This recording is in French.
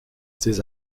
ses